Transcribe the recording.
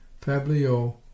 Fablio